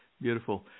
Beautiful